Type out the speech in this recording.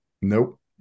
Nope